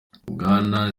bwana